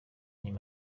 nyuma